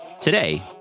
Today